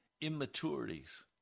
immaturities